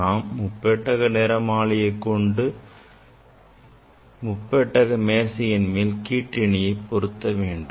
நாம் முப்பெட்டக நிறமாலைமானியை எடுத்துக்கொண்டு முப்பட்டகம் மேசையின் மேல் கிற்றிணியை பொருத்தவேண்டும்